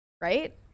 right